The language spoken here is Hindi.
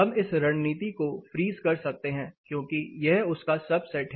हम इस रणनीति को फ्रीज कर देते हैं क्योंकि यह उसका सब सेट है